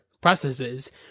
processes